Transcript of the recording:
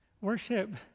Worship